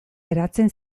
geratzen